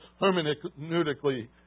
hermeneutically